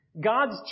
God's